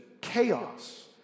chaos